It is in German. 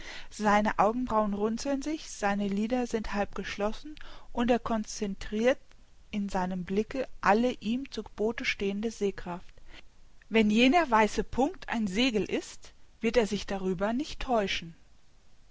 seine augenbrauen runzeln sich seine lider sind halb geschlossen und er concentrirt in seinem blicke alle ihm zu gebote stehende sehkraft wenn jener weiße punkt ein segel ist wird er sich darüber nicht täuschen